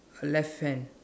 left hand